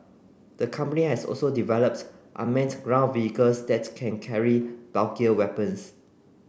the company has also developed unmanned ground vehicles that can carry bulkier weapons